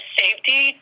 safety